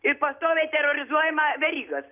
ir pastoviai terorizuojama verygos